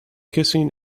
kissing